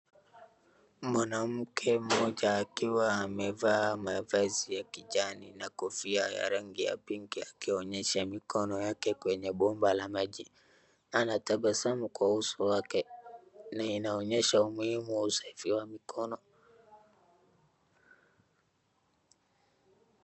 Mwanamke mmoja akiwa amevaa mavazi ya kijani na kofia ya rangi ya pinki akionyesha mikono yake kwenye bomba la maji. Anatabasamu kwa uso wake na inaonyesha umuhimu wa usafi wa mikono.